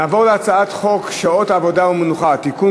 נעבור להצעת חוק שעות עבודה ומנוחה (תיקון,